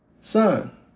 son